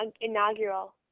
inaugural